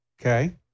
Okay